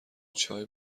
چای